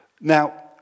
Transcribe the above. Now